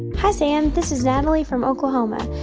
hi, sam. this is natalie from oklahoma.